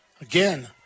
again